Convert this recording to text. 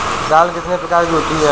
दाल कितने प्रकार की होती है?